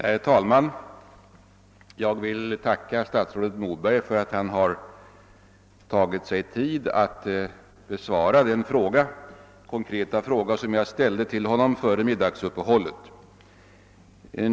Herr talman! Jag vill tacka statsrådet Moberg för att han har tagit sig tid att besvara den konkreta fråga, som jag ställde till honom före middagsuppehållet.